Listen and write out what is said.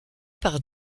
par